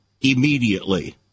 immediately